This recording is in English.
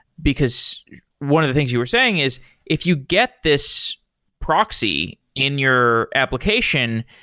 because one of the things you were saying is if you get this proxy in your application,